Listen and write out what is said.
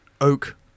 oak